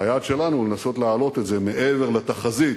והיעד שלנו הוא לנסות להעלות את זה מעבר לתחזית,